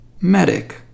medic